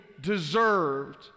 deserved